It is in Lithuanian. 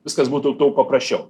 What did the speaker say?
viskas būtų daug paprasčiau